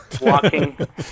walking